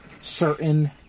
certain